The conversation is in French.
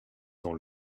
dans